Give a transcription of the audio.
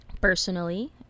personally